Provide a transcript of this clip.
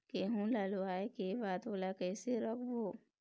गेहूं ला लुवाऐ के बाद ओला कइसे राखबो?